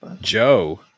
Joe